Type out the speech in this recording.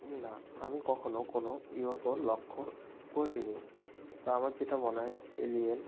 না আমি কখনো কোনো ইউএফও লক্ষ্য করিনি তা আমার যেটা মনে হয় এলিয়েন